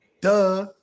Duh